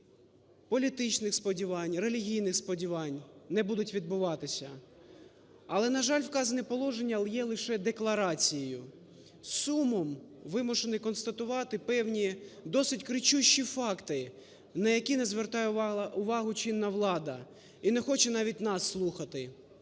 політичних сподівань, релігійних сподівань не будуть відбуватися. Але, на жаль, сказане положення є лише декларацією. З сумом вимушений констатувати певні, досить кричущі факти, на які не звертає увагу чинна влада і не хоче навіть нас слухати.